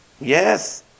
Yes